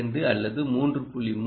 2 அல்லது 3